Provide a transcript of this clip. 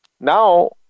Now